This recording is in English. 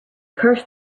curse